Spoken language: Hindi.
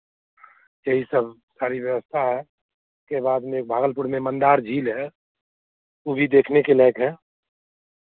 यही सब सारी व्यवस्था है के बाद में भागलपुर में मंदार झील है वो भी देखने के लायक है